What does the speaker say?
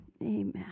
amen